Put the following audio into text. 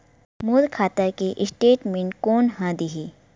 मोर खाता के स्टेटमेंट कोन ह देही?